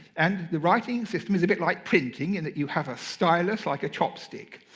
and the writing system is a bit like printing in that you have a stylus like a chopstick.